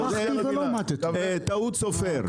טעות סופר.